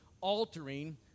altering